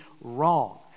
wrong